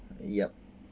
yup